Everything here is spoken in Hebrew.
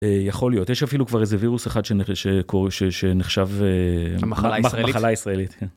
יכול להיות. יש אפילו כבר איזה וירוס אחד שנחשב מחלה ישראלית.